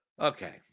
Okay